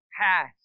past